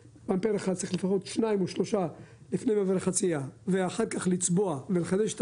צריך לפחות שניים או שלושה לפני מעברי חציה ואחר כך לצבוע ולחדש את